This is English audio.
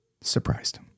surprised